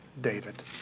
David